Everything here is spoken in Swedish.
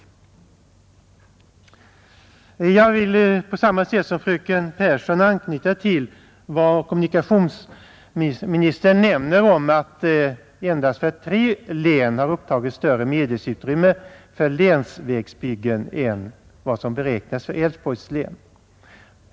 Jag vill på samma sätt som fröken Pehrsson anknyta till vad kommunikationsministern nämner om att det endast för tre län har upptagits större medelsutrymme till länsvägbyggen än vad som beräknats för Älvsborgs län.